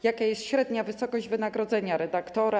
Jaka jest średnia wysokość wynagrodzenia redaktora?